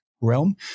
realm